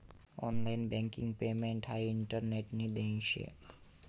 online banking payment हाई इंटरनेटनी देन शे